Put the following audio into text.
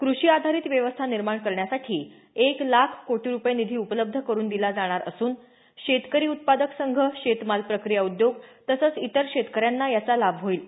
कृषी आधारित व्यवस्था निर्माण करण्यासाठी एक लाख कोटी रुपये निधी उपलब्ध करून दिला जाणार असून शेतकरी उत्पादक संघ शेतमाल प्रक्रिया उद्योग तसंच इतर शेतकऱ्यांना याचा लाभ होईल